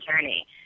journey